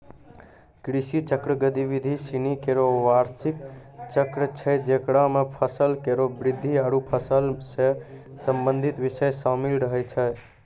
कृषि चक्र गतिविधि सिनी केरो बार्षिक चक्र छै जेकरा म फसल केरो वृद्धि आरु फसल सें संबंधित बिषय शामिल रहै छै